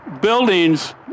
Buildings